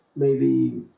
maybe